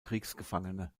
kriegsgefangene